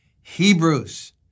Hebrews